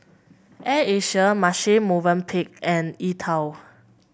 Air Asia Marche Movenpick and E TWOW